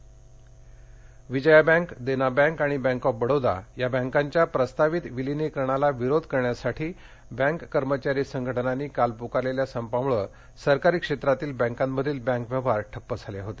bank संप Vijaya bank Dena bank आणि bank of Baroda या बँकांच्या प्रस्तावित विलीनिकरणाला विरोध करण्यासाठी बँक कर्मचारी संघटनांनी काल पुकारलेल्या संपामुळं सरकारी क्षेत्रातील बँकांमधील बँक व्यवहार ठप्प झाले होते